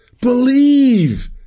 believe